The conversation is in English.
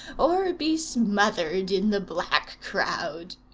or be smothered in the black crowd.